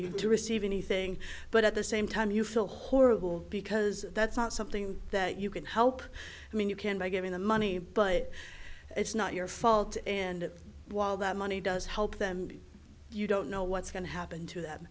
do receive anything but at the same time you feel horrible because that's not something that you can help i mean you can by giving the money but it's not your fault and while that money does help them you don't know what's going to happen to them